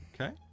Okay